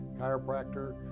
chiropractor